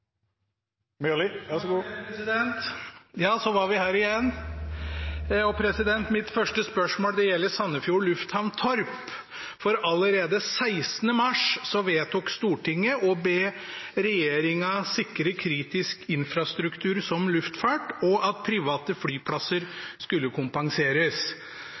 spørsmål gjelder Sandefjord lufthavn Torp. Allerede 16. mars vedtok Stortinget å be regjeringen «sikre kritisk infrastruktur som luftfart» og at private flyplasser skulle kompenseres.